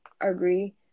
agree